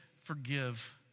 forgive